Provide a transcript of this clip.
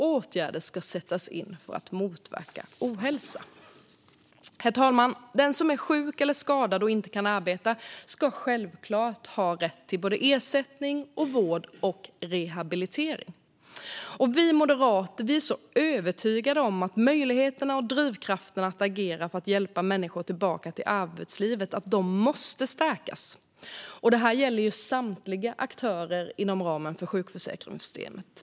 Åtgärder sätts in för att motverka ohälsa." Herr talman! Den som är sjuk eller skadad och inte kan arbeta ska självklart ha rätt till ersättning, vård och rehabilitering. Vi moderater är övertygade om att möjligheterna och drivkrafterna att agera för att hjälpa människor tillbaka till arbetslivet måste stärkas för samtliga aktörer inom ramen för sjukförsäkringssystemet.